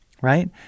Right